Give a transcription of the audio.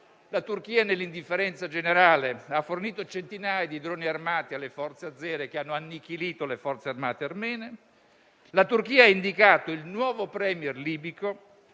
La Turchia, nell'indifferenza generale, ha fornito centinaia di droni armati alle forze azere, che hanno annichilito le forze armate, ha indicato il nuovo *Premier* libico